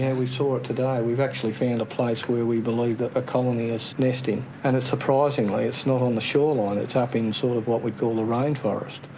yeah we saw it today. we've actually found a place where we believe that a colony is nesting, and surprisingly it's not on the shoreline, it's up in sort of what we'd call the rainforest.